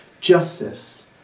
justice